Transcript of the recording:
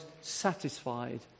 satisfied